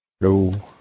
No